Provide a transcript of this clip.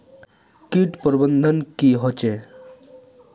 किट प्रबन्धन की होचे?